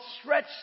stretch